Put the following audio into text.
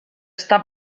està